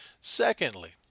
Secondly